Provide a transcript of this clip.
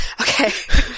Okay